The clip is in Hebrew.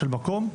של מקום,